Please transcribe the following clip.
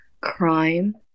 crime